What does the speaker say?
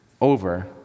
over